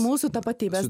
mūsų tapatybes